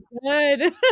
good